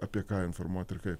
apie ką informuot ir kaip